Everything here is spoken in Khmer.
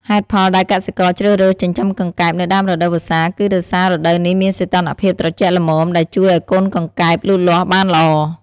ហេតុផលដែលកសិករជ្រើសរើសចិញ្ចឹមកង្កែបនៅដើមរដូវវស្សា គឺដោយសាររដូវនេះមានសីតុណ្ហភាពត្រជាក់ល្មម ដែលជួយឲ្យកូនកង្កែបលូតលាស់បានល្អ។